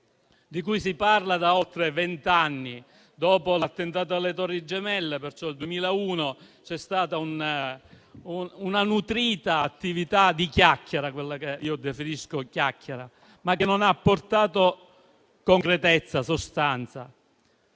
di cui si parla da oltre vent'anni. Dopo l'attentato alle Torri Gemelle, nel 2001, c'è stata una nutrita attività di chiacchiera - quella che io definisco tale - che non ha portato concretezza e sostanza.